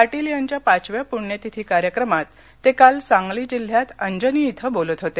पाटील यांच्या पाचव्या प्ण्यतिथी कार्यक्रमात ते काल सांगली जिल्ह्यात अंजनी इथं बोलत होते